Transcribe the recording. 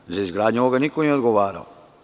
Gle čuda, za izgradnju ovoga niko nije odgovarao.